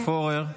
חבר הכנסת פורר,